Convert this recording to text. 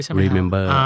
remember